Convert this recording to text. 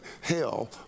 hell